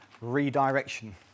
Redirection